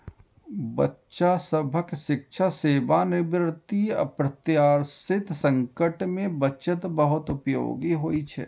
बच्चा सभक शिक्षा, सेवानिवृत्ति, अप्रत्याशित संकट मे बचत बहुत उपयोगी होइ छै